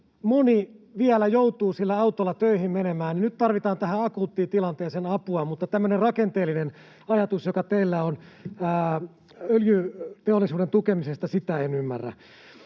sillä autolla töihin menemään, nyt tarvitaan tähän akuuttiin tilanteeseen apua, mutta tämmöistä rakenteellista ajatusta, joka teillä on öljyteollisuuden tukemisesta, en ymmärrä.